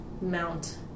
mount